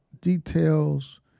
details